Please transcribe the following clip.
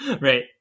right